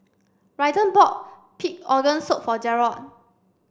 Raiden bought pig organ soup for Jerrod